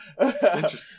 Interesting